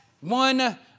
one